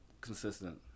consistent